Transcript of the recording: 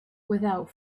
without